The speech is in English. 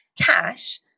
cash